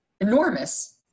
enormous